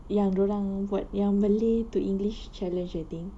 yang dia orang buat yang malay to english challenge I think